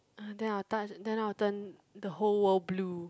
uh then I will touch then I will turn the whole world blue